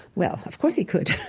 well, of course, he could,